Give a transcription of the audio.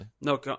no